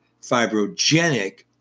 fibrogenic